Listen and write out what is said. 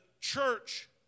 church